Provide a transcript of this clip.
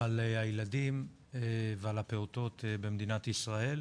על הילדים ועל הפעוטות במדינת ישראל.